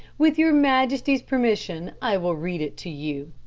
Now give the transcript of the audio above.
with your majesty's permission, i will read it to you.